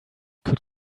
could